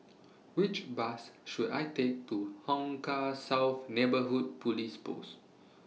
Which Bus should I Take to Hong Kah South Neighbourhood Police Post